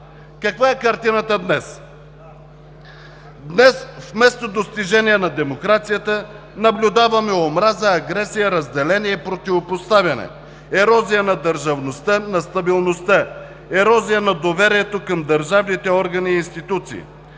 Каква е картината днес? Днес вместо достижение на демокрацията наблюдаваме омраза, агресия, разделение и противопоставяне, ерозия на държавността, на стабилността, ерозия на доверието към държавните органи и институции.